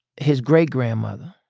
his great grandmother